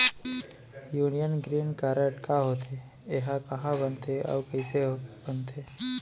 Union green card का होथे, एहा कहाँ बनथे अऊ कइसे बनथे?